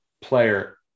Player